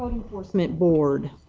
enforcement board?